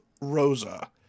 rosa